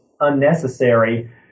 unnecessary